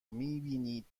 میبینید